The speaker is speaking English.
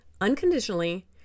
unconditionally